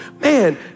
Man